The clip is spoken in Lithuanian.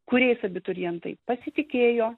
kuriais abiturientai pasitikėjo